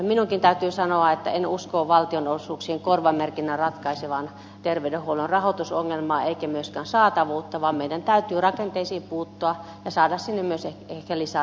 minunkin täytyy sanoa että en usko valtionosuuksien korvamerkinnän ratkaisevan terveydenhuollon rahoitusongelmaa enkä myöskään saatavuutta vaan meidän täytyy rakenteisiin puuttua ja saada sinne myös ehkä lisää rahoitusta tulevaisuudessa